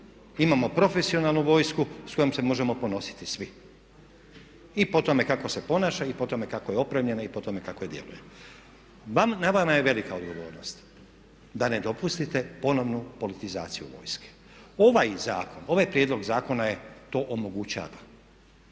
Imamo profesionalnu vojsku s kojom se možemo ponositi svi. I po tome kako se ponaša i po tome kako je opremljena i po tome kako djeluje. Na vama je velika odgovornost da ne dopustite ponovnu politizaciju vojske. Ovaj zakon, ovaj prijedlog zakona to omogućava.